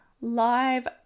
Live